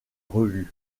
revue